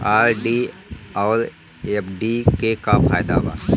RD आउर FD के का फायदा बा?